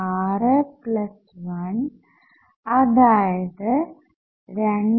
61 അതായത് 2